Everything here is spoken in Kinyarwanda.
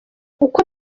uko